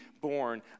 born